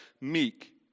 meek